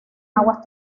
aguas